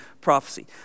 prophecy